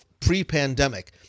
pre-pandemic